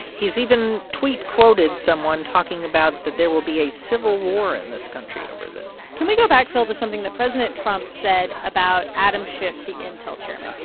he's even tweet-quoted someone talking about that there will be a civil war in this country over this can we go back, phil, to something that president trump said about adam schiff, the intel chairman?